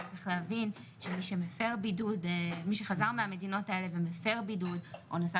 גם צריך להבין שמי שחזר מהמדינות האלה ומפר בידוד או נסע